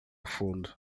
fundo